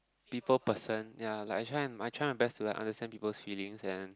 people person ya like I try I try my best to like understand people's feelings and